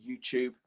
YouTube